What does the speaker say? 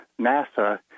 NASA